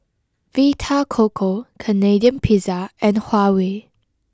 Vita Coco Canadian Pizza and Huawei